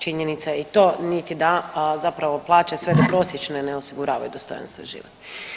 Činjenica je i to niti da zapravo plaća sve do prosječne ne osigurava dostojanstven život.